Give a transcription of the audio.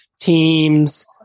teams